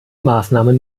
maßnahmen